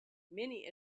many